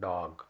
Dog